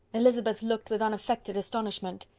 elizabeth looked with unaffected astonishment.